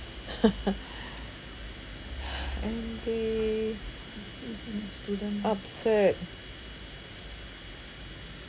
angry a student absurd